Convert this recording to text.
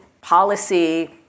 policy